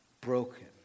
broken